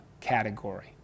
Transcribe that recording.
category